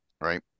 Right